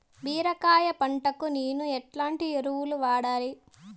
బీరకాయ పంటకు నేను ఎట్లాంటి ఎరువులు వాడాలి?